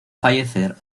fallecer